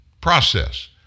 process